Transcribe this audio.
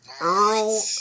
Earl